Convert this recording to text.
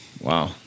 Wow